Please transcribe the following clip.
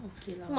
okay lah